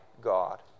God